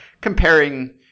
comparing—